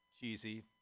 cheesy